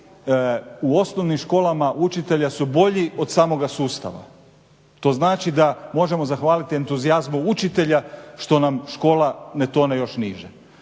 u osnovnim školama učitelja su bolji od samoga sustava. To znači da možemo zahvaliti entuzijazmu učitelja što nam škola ne tone još niže.